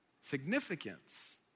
significance